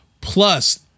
Plus